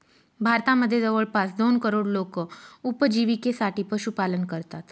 भारतामध्ये जवळपास दोन करोड लोक उपजिविकेसाठी पशुपालन करतात